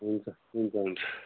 हुन्छ हुन्छ हुन्छ